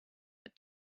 but